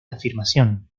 afirmación